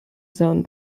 zone